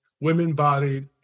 women-bodied